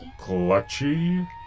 Clutchy